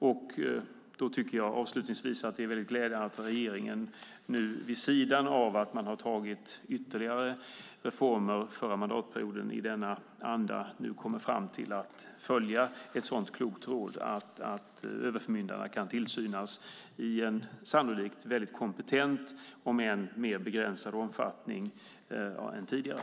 Jag tycker avslutningsvis att det är mycket glädjande att regeringen nu, samtidigt som man har infört ytterligare reformer under den förra mandatperioden i denna anda, kommer fram till att följa ett sådant klokt råd så att överförmyndarna kan tillsynas i en sannolikt mycket kompetent om än mer begränsad omfattning än tidigare.